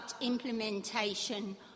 implementation